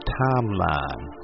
timeline